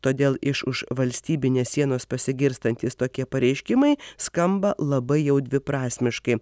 todėl iš už valstybinės sienos pasigirstantys tokie pareiškimai skamba labai jau dviprasmiškai